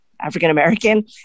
African-American